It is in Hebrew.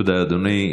תודה, אדוני.